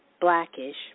Blackish